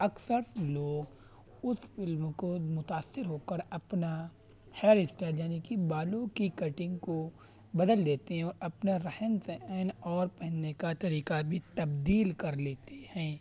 اکثر لوگ اس فلم کو متاثر ہو کر اپنا ہیئر اسٹائل یعنی کہ بالوں کی کٹنگ کو بدل دیتے ہیں اور اپنا رہن سہن اور پہننے کا طریقہ بھی تبدیل کر لیتے ہیں